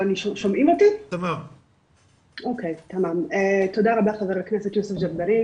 תודה רבה חבר הכנסת יוסף ג'בארין